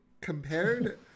compared